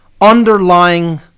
underlying